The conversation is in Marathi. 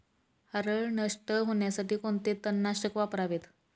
हरळ नष्ट होण्यासाठी कोणते तणनाशक वापरावे?